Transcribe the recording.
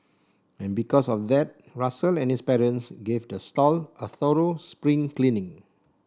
and because of that Russell and his parents gave the stall a thorough spring cleaning